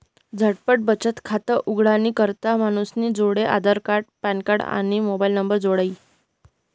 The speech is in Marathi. झटपट बचत खातं उघाडानी करता मानूसनी जोडे आधारकार्ड, पॅनकार्ड, आणि मोबाईल नंबर जोइजे